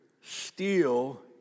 steal